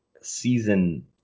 season